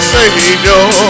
Savior